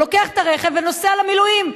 הוא לוקח את הרכב ונוסע למילואים.